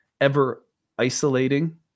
ever-isolating